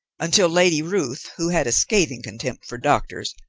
until lady ruth, who had a scathing contempt for doctors,